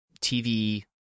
TV